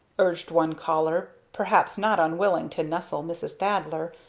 urged one caller, perhaps not unwilling to nestle mrs. thaddler,